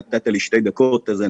מה